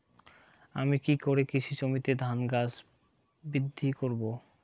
আমি কী করে কৃষি জমিতে ধান গাছ বৃদ্ধি করব?